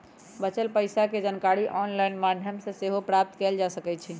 बच्चल पइसा के जानकारी ऑनलाइन माध्यमों से सेहो प्राप्त कएल जा सकैछइ